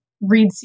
read